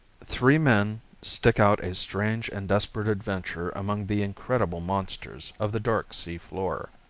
three men stick out a strange and desperate adventure among the incredible monsters of the dark sea floor.